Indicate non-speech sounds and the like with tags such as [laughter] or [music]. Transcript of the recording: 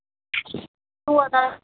[unintelligible]